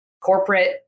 corporate